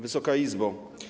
Wysoka Izbo!